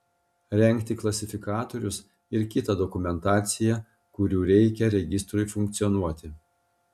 rengti klasifikatorius ir kitą dokumentaciją kurių reikia registrui funkcionuoti